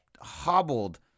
hobbled